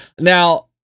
Now